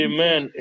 Amen